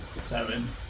Seven